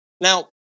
Now